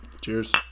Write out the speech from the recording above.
Cheers